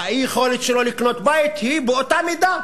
חוסר היכולת שלו לקנות בית הוא באותה מידה.